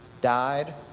died